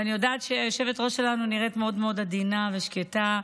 ואני יודעת שהיושבת-ראש שלנו נראית מאוד עדינה ושקטה,